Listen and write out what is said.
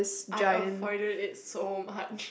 I avoided it so much